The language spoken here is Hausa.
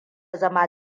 zama